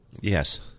Yes